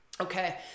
Okay